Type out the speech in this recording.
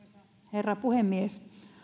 herra puhemies